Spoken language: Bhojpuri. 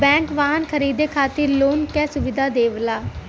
बैंक वाहन खरीदे खातिर लोन क सुविधा देवला